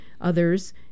Others